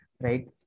right